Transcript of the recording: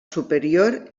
superior